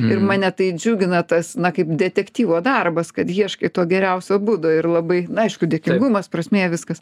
ir mane tai džiugina tas na kaip detektyvo darbas kad ieškai to geriausio būdo ir labai na aišku dėkingumas prasmė viskas